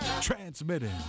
Transmitting